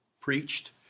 preached